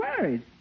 worried